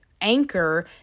anchor